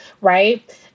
right